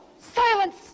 silence